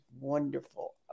wonderful